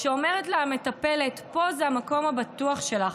אומרת לה המטפלת: פה זה המקום הבטוח שלך,